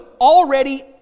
already